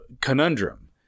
conundrum